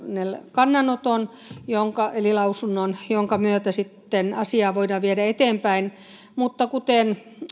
kannanoton eli lausunnon jonka myötä sitten asiaa voidaan viedä eteenpäin mutta kuten